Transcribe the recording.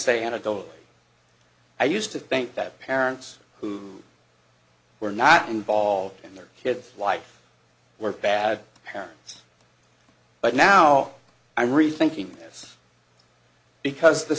say an adult i used to think that parents who were not involved in their kids life were bad parents but now i'm rethinking this because the